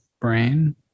brain